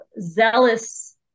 zealous